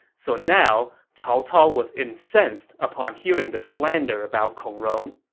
so now, cao cao was incensed upon hearing the slander about kong rong.